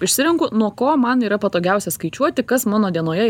išsirenku nuo ko man yra patogiausia skaičiuoti kas mano dienoje